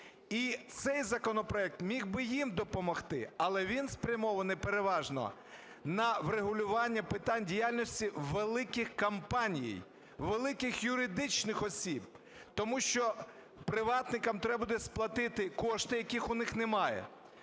І цей законопроект міг би їм допомогти, але він спрямований переважно на врегулювання питань діяльності великих компаній, великих юридичних осіб. Тому що приватникам треба буде сплатити кошти, яких у них немає.